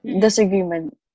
Disagreement